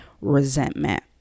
resentment